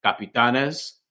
Capitanes